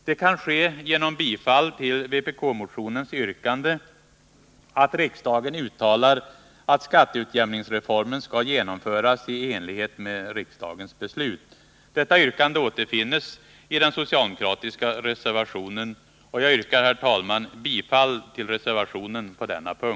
Det kan ske genom bifall till vpk-motionens yrkande att riksdagen uttalar att skatteutjämningsreformen skall genomföras i enlighet med riksdagens beslut. Detta yrkande återfinns i den socialdemokratiska reservationen nr 6. Jag yrkar bifall till mom. 3 i denna reservation.